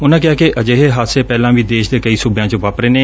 ਉਨੂਾ ਕਿਹਾ ਕਿ ਅਜਿਹੇ ਹਾਦਸੇ ਪਹਿਲਾ ਵੀ ਦੇਸ਼ ਦੇ ਕਈ ਸੂਬਿਆ ਚ ਵਾਪਰੇ ਨੇ